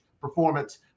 performance